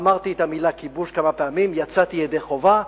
אמרתי את המלה "כיבוש" כמה פעמים, יצאתי ידי חובה,